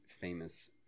famous